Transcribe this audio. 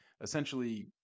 essentially